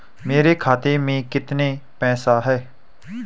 मेरे खाते में कितना पैसा है?